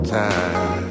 time